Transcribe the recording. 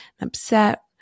upset